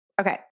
Okay